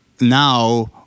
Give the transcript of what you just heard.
now